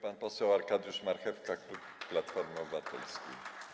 Pan poseł Arkadiusz Marchewka, klub Platformy Obywatelskiej.